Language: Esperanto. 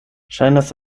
ŝajnas